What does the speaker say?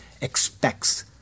expects